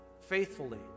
faithfully